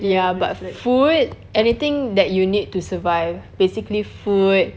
ya but food anything that you need to survive basically food